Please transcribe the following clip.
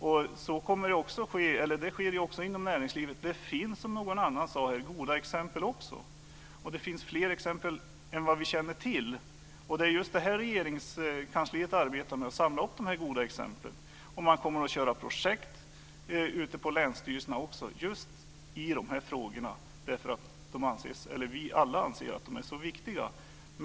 Detta sker också inom näringslivet. Det finns, som någon annan sade här, goda exempel också. Det finns fler exempel än vad vi känner till. Det är just detta Regeringskansliet arbetar med: att samla upp de här goda exemplen. Man kommer också att köra projekt ute på länsstyrelserna just i de här frågorna, eftersom vi alla anser att de är så viktiga.